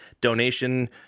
donation